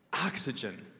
oxygen